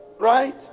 right